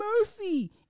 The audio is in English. Murphy